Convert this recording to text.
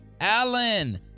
Allen